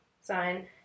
sign